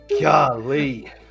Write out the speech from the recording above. Golly